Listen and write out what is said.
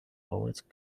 police